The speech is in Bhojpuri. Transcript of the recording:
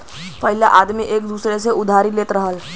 पहिले आदमी एक दूसर से उधारी लेत रहल